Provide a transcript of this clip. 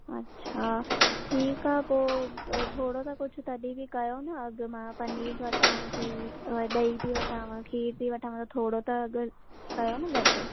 अच्छा ठीकु आहे पोइ थोरो त कुझु तॾहिं बि कयो न अघु मां पनीर वठांव थी अ ॾही थी वठांव खीर थी वठांव थोरो त अघु कयो न घटि